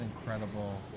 incredible